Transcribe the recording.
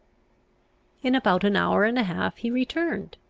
in about an hour and a half he returned.